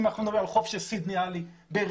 אם אנחנו מדברים על חוף של סידני עלי בהרצליה,